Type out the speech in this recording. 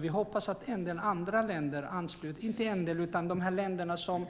Vi hoppas att även de länder som